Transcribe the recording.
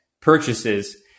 purchases